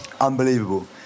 Unbelievable